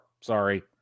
Sorry